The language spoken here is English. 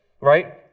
right